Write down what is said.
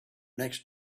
next